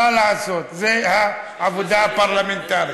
מה לעשות, זו העבודה הפרלמנטרית.